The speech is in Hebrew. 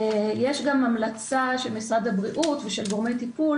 יש גם המלצה של משרד הבריאות ושל גורמי טיפול